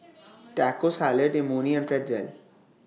Taco Salad Imoni and Pretzel